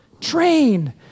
Train